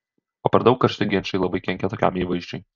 o per daug karšti ginčai labai kenkia tokiam įvaizdžiui